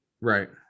right